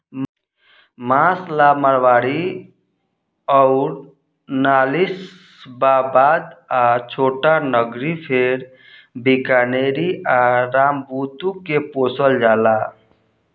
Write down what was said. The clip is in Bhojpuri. मांस ला मारवाड़ी अउर नालीशबाबाद आ छोटानगरी फेर बीकानेरी आ रामबुतु के पोसल जाला